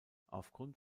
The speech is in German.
aufgrund